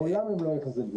מעולם הם לא אכזבו.